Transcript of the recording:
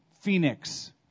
Phoenix